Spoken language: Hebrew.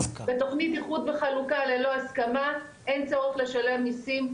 בתוכנית איחוד וחלוקה ללא הסכמה אין צורך לשלם מיסים,